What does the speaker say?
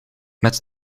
met